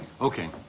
Okay